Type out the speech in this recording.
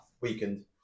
Weakened